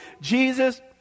Jesus